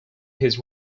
his